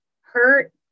hurt